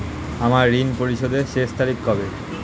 আমার ঋণ পরিশোধের শেষ তারিখ কবে?